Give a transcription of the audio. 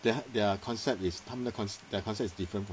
their their concept is 他们的 con~ their concept is different from